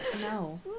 No